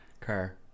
Car